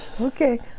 Okay